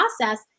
process